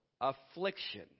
affliction